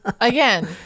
Again